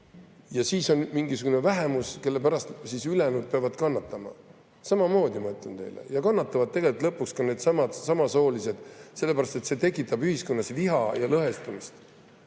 ja siis on mingisugune vähemus, kelle pärast ülejäänud peavad kannatama. Samamoodi, ma ütlen teile, kannatavad tegelikult lõpuks ka needsamad samasoolised [paarid], sellepärast et see tekitab ühiskonnas viha ja lõhestumist.